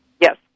Yes